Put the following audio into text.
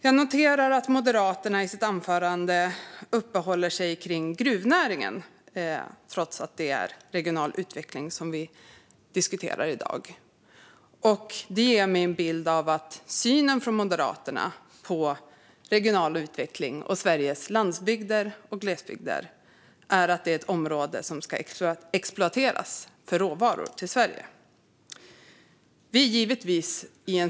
Jag noterar att Moderaterna i sitt anförande uppehåller sig vid gruvnäringen, trots att det är regional utveckling vi diskuterar. Det ger mig en bild av att Moderaternas syn på regional utveckling och Sveriges landsbygder och glesbygder är att dessa ska exploateras för att utvinna råvaror.